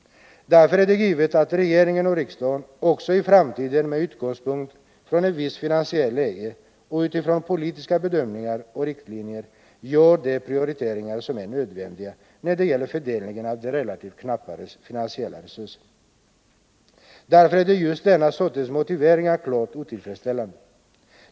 Därför är det givet att regering och riksdag också i framtiden med utgångspunkt i ett visst finansiellt läge och utifrån politiska bedömningar och riktlinjer gör de prioriteringar som är nödvändiga när det gäller fördelningen av de relativt knappa finansiella resurserna. Detta slags motiveringar är klart otillfredsställande.